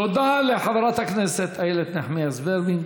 תודה לחברת הכנסת איילת נחמיאס ורבין.